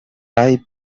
ripe